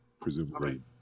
presumably